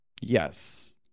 Yes